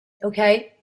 okay